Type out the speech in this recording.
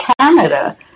Canada